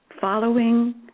following